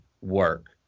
work